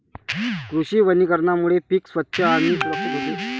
कृषी वनीकरणामुळे पीक स्वच्छ आणि सुरक्षित होते